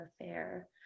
affair